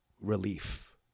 relief